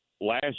last